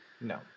No